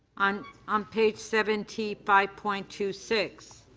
on um page seven t five point two six.